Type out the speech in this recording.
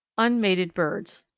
unmated birds.